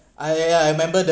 I ya I remember that